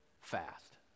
fast